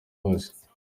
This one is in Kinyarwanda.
hose